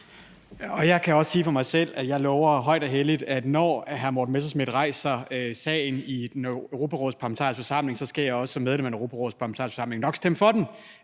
Jeg kan sige på egne vegne, at jeg lover højt og helligt, at når hr. Morten Messerschmidt rejser sagen i Europarådets Parlamentariske Forsamling, skal jeg som medlem af Europarådets Parlamentariske Forsamling også nok stemme for den.